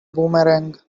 boomerang